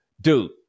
dude